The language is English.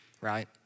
right